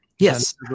Yes